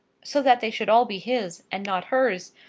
so that they should all be his, and not hers,